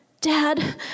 Dad